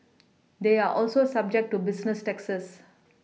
they are also subject to business taxes